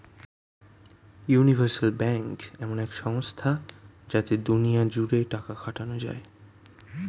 universal bank এমন এক সংস্থা যাতে দুনিয়া জুড়ে টাকা খাটানো যায়